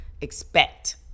expect